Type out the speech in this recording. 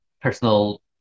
personal